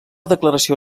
declaració